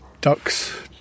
ducks